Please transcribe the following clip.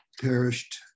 perished